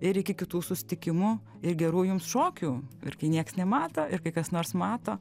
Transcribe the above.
ir iki kitų susitikimų ir gerų jums šokių ir kai nieks nemato ir kai kas nors mato